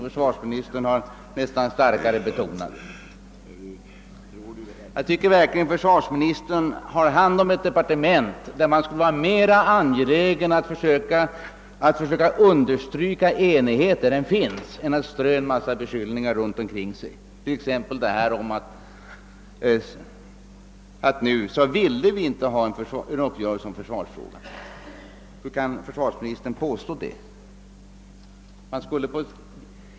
Försvarsministern har verkligen hand om ett departement inom vilket man borde vara mer angelägen att försöka understryka den enighet som finns än att strö en massa beskyllningar kring sig, t.ex. den att vi inte ville ha en uppgörelse om försvarsfrågan. Hur kan försvarsministern påstå det?